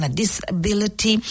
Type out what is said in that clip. disability